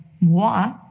moi